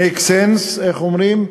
makes sense, איך אומרים,